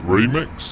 Remix